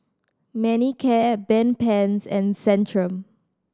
Manicare Bedpans and Centrum